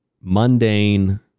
mundane